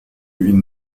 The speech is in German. ihn